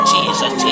Jesus